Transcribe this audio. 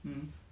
um